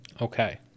Okay